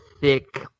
thick